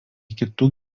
kitų